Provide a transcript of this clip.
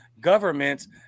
governments